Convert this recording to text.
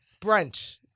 brunch